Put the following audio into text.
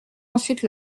ensuite